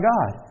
God